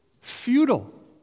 futile